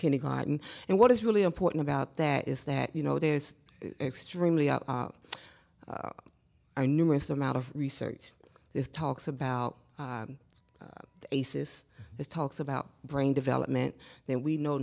kindergarten and what is really important about that is that you know there is extremely out of our numerous amount of research this talks about the basis as talks about brain development then we know